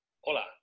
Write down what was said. Hola